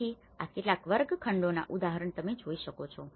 તેથી આ કેટલાક વર્ગખંડોના ઉદાહરણો તમે જોઈ શકો છો